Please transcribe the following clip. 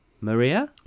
Maria